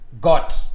got